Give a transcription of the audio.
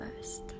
first